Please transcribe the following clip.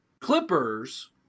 clippers